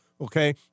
Okay